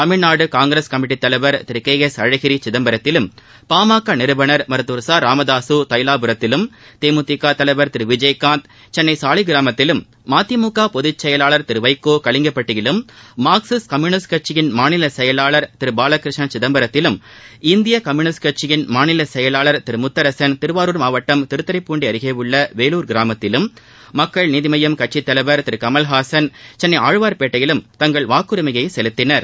Tamil Nadu Congress committee தலைவர் Thiru K S Alagiri சிதம்பரத்திலும் பாமக நிறுவனர் ராமதாசு தைலாபுரத்திலும் தேமுதிக தலைவர் திரு விஜயகாந்த் சென்னை மருத்தவர் ச சாலிக்கிராமத்திலும் மதிமுக பொதுச்செயலாளர் திரு வைகோ கலிங்கப்பட்டியிலும் மார்க்சிஸ்ட் கம்யூனிஸ்ட் கட்சியின் மாநில செயலாளர் திரு பாலகிருஷ்ணன் சிதம்பரத்திலும் இந்திய கம்யுனிஸ்ட் கட்சியியன் மாநில செயலாளர் திரு முத்தரசன் திருவாரூர் மாவட்டம் திருத்துரைப்பூண்டி அருகே உள்ள வேலூர் கிராமத்திலும் மக்கள் நீதி மையம் கட்சித் தலைவர் திரு கமலஹாசன் சென்ளை ஆழ்வார்பேட்டையிலும் தங்கள் வாக்குரிமையை செலுத்தினர்